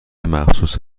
مخصوص